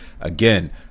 Again